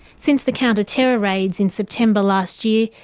since the counter-terror raids in september last year,